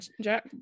jack